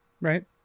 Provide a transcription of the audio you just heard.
right